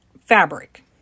fabric